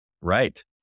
Right